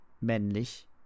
männlich